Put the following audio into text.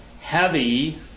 heavy